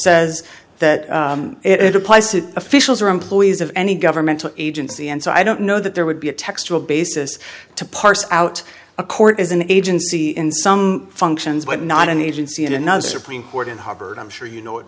says that it applies to officials or employees of any governmental agency and so i don't know that there would be a textual basis to parse out a court as an agency in some functions but not an agency in another supreme court and hubbard i'm sure you know it